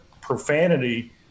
profanity